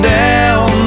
down